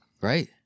Right